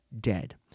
dead